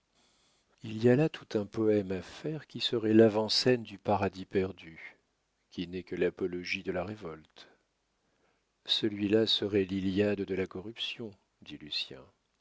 il y a là tout un poème à faire qui serait l'avant-scène du paradis perdu qui n'est que l'apologie de la révolte celui-là serait l'iliade de la corruption dit lucien